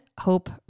hope